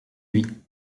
lui